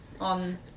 on